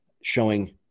showing